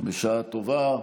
בשעה טובה.